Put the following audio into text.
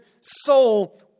soul